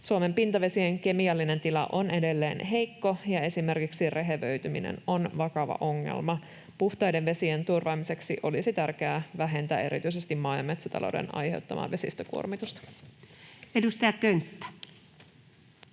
Suomen pintavesien kemiallinen tila on edelleen heikko, ja esimerkiksi rehevöityminen on vakava ongelma. Puhtaiden vesien turvaamiseksi olisi tärkeää vähentää erityisesti maa‑ ja metsätalouden aiheut-tamaa vesistökuormitusta. [Speech 47]